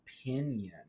opinion